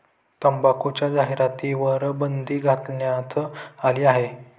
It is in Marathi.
तंबाखूच्या जाहिरातींवर बंदी घालण्यात आली आहे